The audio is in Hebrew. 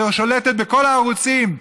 ששולטת בכל הערוצים.